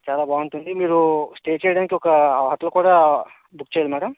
చాలా బాగుంటుంది మీరు స్టే చేయడానికి ఒక హోటలు కూడా బుక్ చేయండి మేడమ్